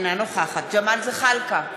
אינה נוכחת ג'מאל זחאלקה,